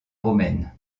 romaine